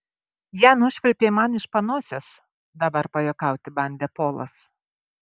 ją nušvilpei man iš panosės dabar pajuokauti bandė polas